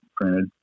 printed